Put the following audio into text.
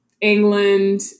England